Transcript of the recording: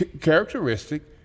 characteristic